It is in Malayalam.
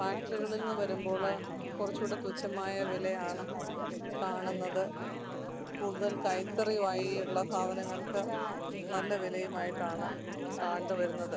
ഫാക്ടറികളിൽന്ന് വരുമ്പോൾ കുറച്ചുകൂടെ തുച്ഛമായ വിലയാണ് കാണുന്നത് കൂടുതൽ കൈത്തറി വഴിയുള്ള സാധനങ്ങൾക്ക് നല്ല വിലയുമായിട്ടാണ് കണ്ടുവരുന്നത്